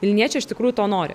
vilniečiai iš tikrųjų to nori